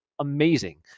amazing